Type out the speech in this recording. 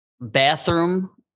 bathroom